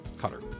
cutter